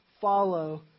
follow